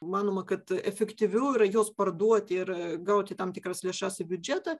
manoma kad efektyviau yra juos parduoti ir gauti tam tikras lėšas į biudžetą